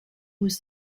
was